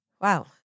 Wow